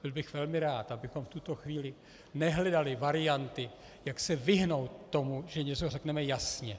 Byl bych velmi rád, abychom v tuto chvíli nehledali varianty, jak se vyhnout tomu, že něco řekneme jasně.